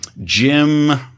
Jim